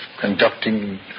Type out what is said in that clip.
conducting